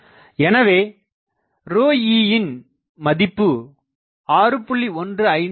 எனவே ρeயின் மதிப்பு 6